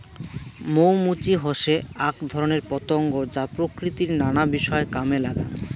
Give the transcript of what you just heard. মৌ মুচি হসে আক ধরণের পতঙ্গ যা প্রকৃতির নানা বিষয় কামে লাগাঙ